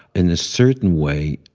in a certain way,